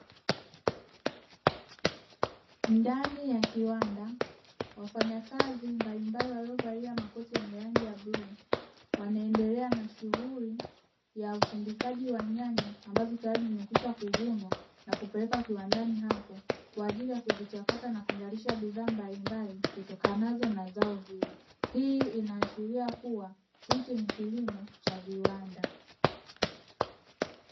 Ndani ya kiwanda, wafanyakazi mbalimbali waliovalia makoyi yenye rangi ya bluu wanaendelea na shughuli ya usindikaji wa nyanya ambazo tayari zimekwisha kuvunwa na kupelekwa kiwandani hapo, kwa ajili ya kuzichakata na kuzalisha bidhaa mbalimbali zitokanazo na zao hilo. Hii inaashiria kuwa hichi ni kilimo cha viwanda.